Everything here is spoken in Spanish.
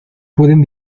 pueden